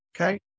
okay